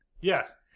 Yes